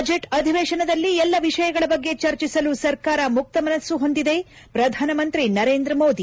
budget ಅಧಿವೇಶನದಲ್ಲಿ ಎಲ್ಲ ವಿಷಯಗಳ ಬಗ್ಗೆ ಚರ್ಚಿಸಲು ಸರ್ಕಾರ ಮುಕ್ತ ಮನಸ್ನು ಹೊಂದಿದೆ ಪ್ರಧಾನಮಂತ್ರಿ ನರೇಂದ್ರ ಮೋದಿ